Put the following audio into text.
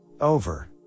Over